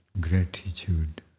gratitude